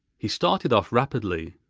he started off rapidly,